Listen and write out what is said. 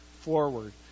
forward